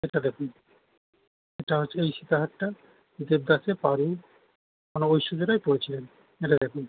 এটা দেখুন এটা হচ্ছে এই সীতাহারটা দেবদাসে পারো মানে ঐশ্বর্য রাই পরেছিলেন এটা দেখুন